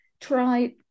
try